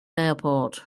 airport